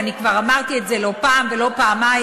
ואני כבר אמרתי את זה לא פעם ולא פעמיים,